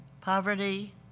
poverty